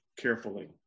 carefully